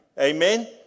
Amen